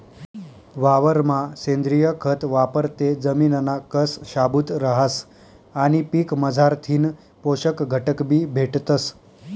वावरमा सेंद्रिय खत वापरं ते जमिनना कस शाबूत रहास आणि पीकमझारथीन पोषक घटकबी भेटतस